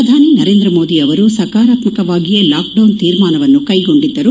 ಪ್ರಧಾನಿ ನರೇಂದ್ರ ಮೋದಿ ಅವರು ಸಕಾರಾತ್ಮಕವಾಗಿಯೇ ಲಾಕ್ಡೌನ್ ತೀರ್ಮಾನವನ್ನು ಕೈಗೊಂಡಿದ್ದರು